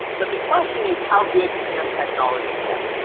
but the question is how good can technology get?